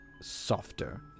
softer